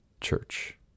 Church